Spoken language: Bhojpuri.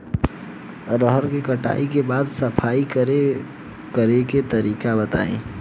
रहर के कटाई के बाद सफाई करेके तरीका बताइ?